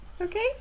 Okay